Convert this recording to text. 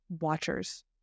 watchers